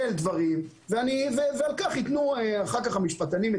של דברים ועל כך ייתנו את הדעת המשפטנים,